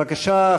בבקשה,